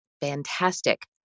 fantastic